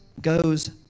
goes